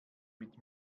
mit